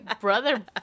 brother